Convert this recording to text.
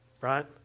right